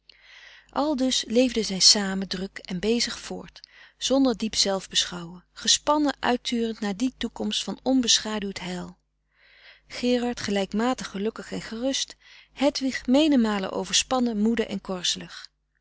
aldus leefden zij samen druk en bezig voort zonder diep zelfbeschouwen gespannen uitturend naar die toekomst van onbeschaduwd heil gerard gelijkmatig gelukkig en gerust hedwig menig malen overspannen moede en korzelig